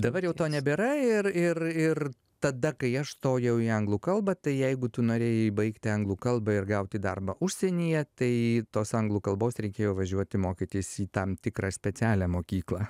dabar jau to nebėra ir ir ir tada kai aš stojau į anglų kalbą tai jeigu tu norėjai baigti anglų kalbą ir gauti darbą užsienyje tai tos anglų kalbos reikėjo važiuoti mokytis į tam tikrą specialią mokyklą